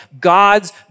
God's